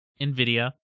NVIDIA